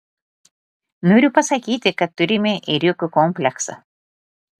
noriu pasakyti kad turime ėriuko kompleksą